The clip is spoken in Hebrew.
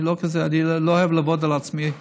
אני לא אוהב לעבוד על עצמי,